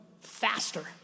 faster